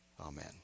Amen